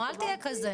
נו אל תהיה כזה.